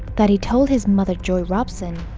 that he told his mother joy robson,